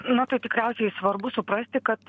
na tai tikriausiai svarbu suprasti kad